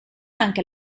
anche